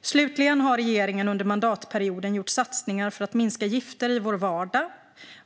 Slutligen har regeringen under mandatperioden gjort satsningar för att minska gifter i vår vardag